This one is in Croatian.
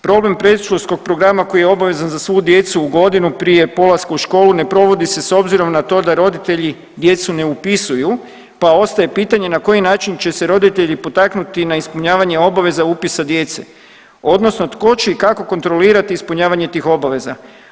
Problem predškolskog programa koji je obavezan za svu djecu godinu prije polaska u školu ne provodi se s obzirom na to da roditelji djecu ne upisuju pa ostaje pitanje na koji način će se roditelji potaknuti na ispunjavanje obaveza upisa djece odnosno tko će i kako kontrolirati ispunjavanje tih obaveza.